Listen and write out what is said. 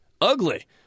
ugly